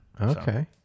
okay